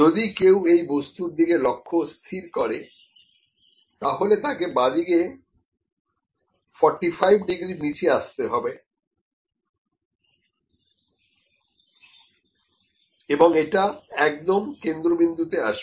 যদি কেউ এই বস্তুর দিকে লক্ষ্য স্থির করে তাহলে তাকে বাঁদিকে 45 ডিগ্রী নিচে আসতে হবে এবং এটা একদম কেন্দ্রবিন্দুতে আসবে